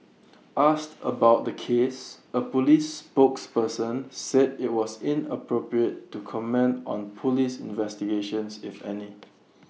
asked about the case A Police spokesperson said IT was inappropriate to comment on Police investigations if any